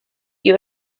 you